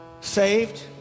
Saved